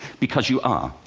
because you are,